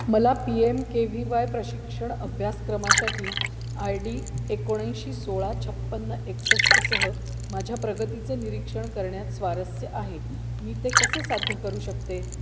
मला P M K V Y प्रशिक्षण अभ्यासक्रमासाठी आय डी एकोणऐंशी सोळा छप्पन्न एकसष्टसह माझ्या प्रगतीचं निरीक्षण करण्यात स्वारस्य आहे मी ते कसे साध्य करू शकते